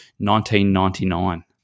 1999